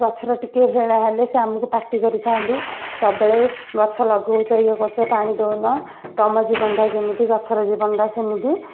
ଗଛର ଟିକେ ହେଳା ହେଲେ ସେ ଆମକୁ ପାଟି କରିଥାନ୍ତି ସବୁବେଳେ ଗଛ ଲଗଉଛ ଇଏ କରୁଛ ପାଣି ଦଉନ ତମ ଜୀବନଟା ଯେମିତି ଗଛର ଜୀବନ ଟା ସେମିତି